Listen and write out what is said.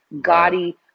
gaudy